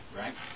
right